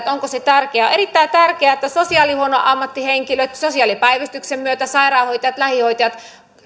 onko se tärkeää on erittäin tärkeää että sosiaalihuollon ammattihenkilöt sosiaalipäivystyksen myötä sairaanhoitajat lähihoitajat